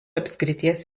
apskrities